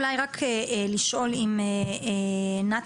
צריך לבדוק אותו ואני לא יודע כרגע לתת תשובה חד-משמעית בנושא.